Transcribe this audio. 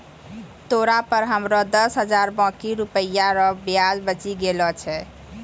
तोरा पर हमरो दस हजार बाकी रुपिया रो ब्याज बचि गेलो छय